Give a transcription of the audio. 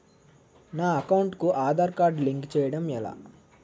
నా అకౌంట్ కు Aadhaar card link చేయడం ఎలా?